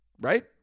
Right